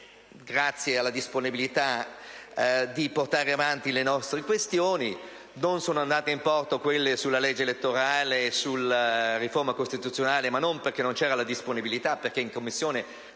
grazie ad una disponibilità, di portare avanti le nostre questioni. Non sono andate in porto quelle sulla legge elettorale e sulla riforma costituzionale, ma non perché non ve ne fosse la disponibilità, perché in Commissione